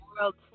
world